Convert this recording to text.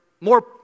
more